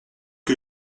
que